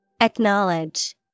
Acknowledge